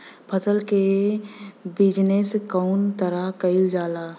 फसल क बिजनेस कउने तरह कईल जाला?